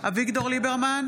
אביגדור ליברמן,